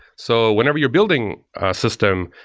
so whenever you're building a system,